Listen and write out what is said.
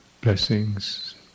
blessings